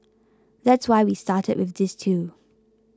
that's why we started with these two